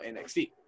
NXT